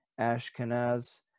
Ashkenaz